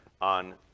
on